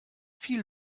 viel